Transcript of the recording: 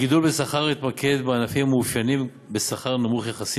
הגידול בשכר התמקד בענפים המאופיינים בשכר נמוך יחסית,